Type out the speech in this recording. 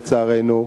לצערנו,